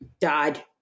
died